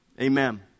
Amen